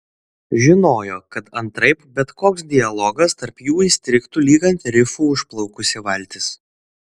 žinojo kad antraip bet koks dialogas tarp jų įstrigtų lyg ant rifų užplaukusi valtis